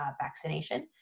vaccination